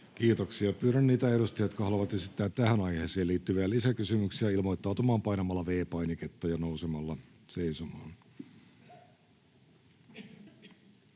Kiitoksia. — Pyydän niitä edustajia, jotka haluavat esittää tähän aiheeseen liittyviä lisäkysymyksiä, ilmoittautumaan painamalla V-painiketta ja nousemalla seisomaan.